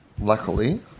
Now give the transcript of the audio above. Luckily